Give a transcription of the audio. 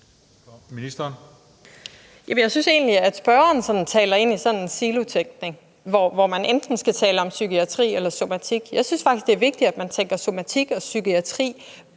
Jamen jeg synes egentlig, at spørgeren taler ind i sådan en silotænkning, hvor man enten skal tale om psykiatri eller somatik. Jeg synes faktisk, det er vigtigt, at vi tænker somatikken og psykiatrien